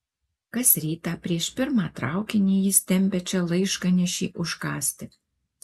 kas rytą prieš pirmą traukinį jis tempia čia laiškanešį užkąsti